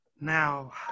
now